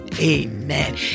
amen